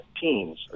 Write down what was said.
teens